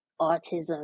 autism